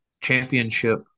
championship